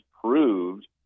proved